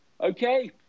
okay